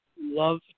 Love